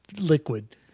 liquid